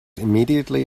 immediately